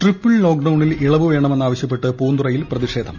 triple ലോക്ഡൌണിൽ ഇളവ് വേണമെന്ന് ആവശ്യപ്പെട്ട് പൂന്തുറയിൽ പ്രതിഷേധം